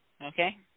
Okay